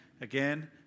again